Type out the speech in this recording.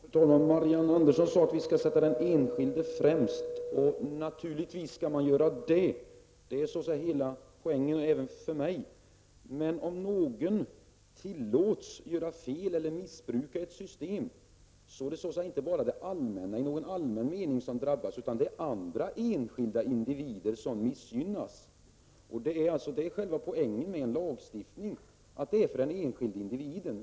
Fru talman! Marianne Andersson säger att vi skall sätta den enskilde främst, och det skall vi naturligtvis göra. Det är hela poängen även för mig. Men om någon tillåts göra fel eller missbrukar ett system, så är det inte bara det allmänna som drabbas. Även enskilda individer missgynnas. Själva poängen med lagstiftning är att den skall skydda den enskilde individen.